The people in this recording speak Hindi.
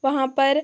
वहाँ पर